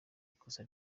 ikosa